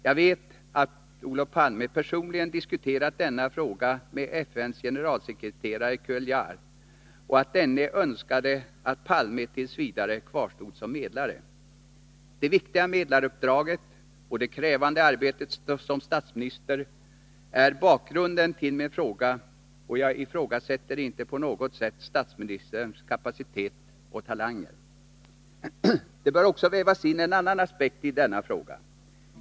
Jag vet att Olof Palme personligen diskuterat denna fråga med FN:s generalsekreterare Cuellar och att denne önskade att Palme t.v. kvarstod som medlare. Det viktiga medlaruppdraget och det krävande arbetet som statsminister är bakgrunden till min fråga, och jag ifrågasätter inte på något vis statsministerns kapacitet och talanger. Det bör också vävas in en annan aspekt i denna fråga.